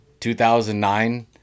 2009